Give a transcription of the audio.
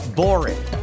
boring